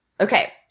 okay